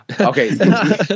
Okay